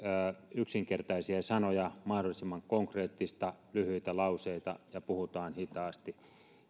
yksinkertaisia sanoja mahdollisimman konkreettista lyhyitä lauseita ja puhutaan hitaasti